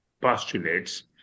postulates